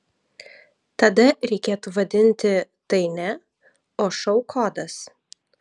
tada reikėtų vadinti tai ne o šou kodas